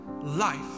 life